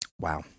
Wow